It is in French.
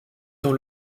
dans